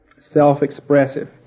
self-expressive